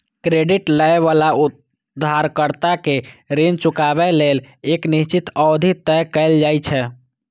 credit लए बला उधारकर्ता कें ऋण चुकाबै लेल एक निश्चित अवधि तय कैल जाइ छै